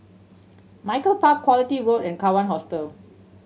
Malcolm Park Quality Road and Kawan Hostel